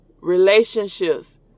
relationships